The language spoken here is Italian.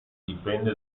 dipende